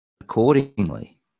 accordingly